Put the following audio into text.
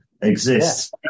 exists